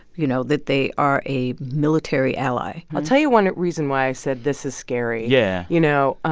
you know, that they are a military ally i'll tell you one reason why i said this is scary yeah you know,